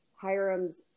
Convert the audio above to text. Hiram's